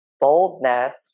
boldness